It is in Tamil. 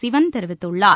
சிவன் தெரிவித்துள்ளார்